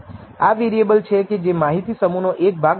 આ વેરિએબલ છે કે જે માહિતી સમૂહ નો એક ભાગ બનાવે છે